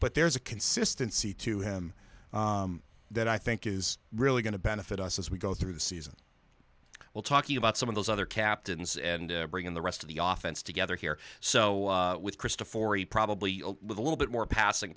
but there's a consistency to him that i think is really going to benefit us as we go through the season well talking about some of those other captains and bring in the rest of the office to gather here so with krista for he probably with a little bit more passing